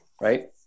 right